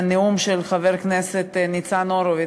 מהנאום של חבר הכנסת ניצן הורוביץ.